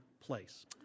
place